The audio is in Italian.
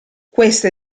questa